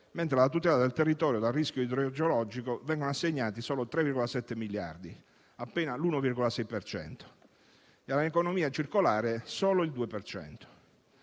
mentre alla tutela del territorio dal rischio idrogeologico vengono assegnati solo 3,7 miliardi, appena l'1,6 per cento, e all'economia circolare solo il 2